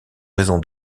raison